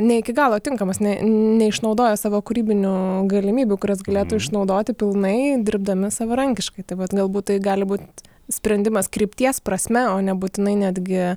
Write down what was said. ne iki galo tinkamas ne neišnaudoja savo kūrybinių galimybių kurias galėtų išnaudoti pilnai dirbdami savarankiškai tai vat galbūt tai gali būt sprendimas krypties prasme o nebūtinai netgi